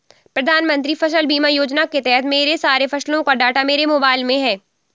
प्रधानमंत्री फसल बीमा योजना के तहत मेरे सारे फसलों का डाटा मेरे मोबाइल में है